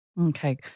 Okay